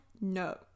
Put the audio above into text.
no